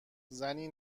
زنی